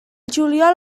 juliol